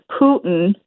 Putin